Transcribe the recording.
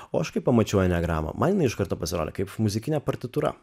o aš kai pamačiau aenegramą man jinai iš karto pasirodė kaip muzikinė partitūra